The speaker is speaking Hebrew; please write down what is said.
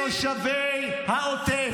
-- בתושבי העוטף.